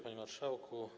Panie Marszałku!